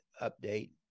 update